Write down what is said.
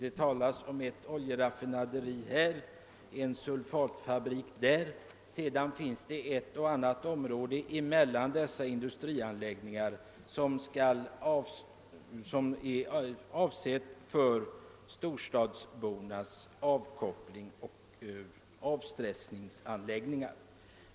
Det talas om ett oljeraffinaderi här och en sulfatfabrik där. Sedan finns det mellan dessa industrianläggningar ett och annat område där man skall kunna tillgodose storstadsbornas behov av avkoppling och avstressning.